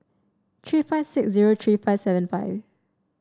three five six zero three five seven five